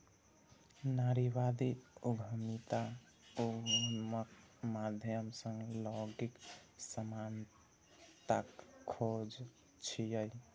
नारीवादी उद्यमिता उद्यमक माध्यम सं लैंगिक समानताक खोज छियै